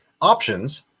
Options